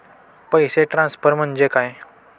पैसे ट्रान्सफर म्हणजे काय?